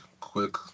Quick